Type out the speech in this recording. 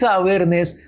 awareness